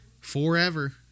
Forever